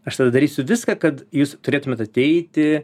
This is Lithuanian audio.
aš tada darysiu viską kad jūs turėtumėt ateiti